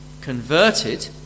converted